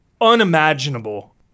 unimaginable